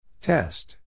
Test